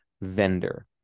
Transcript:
vendor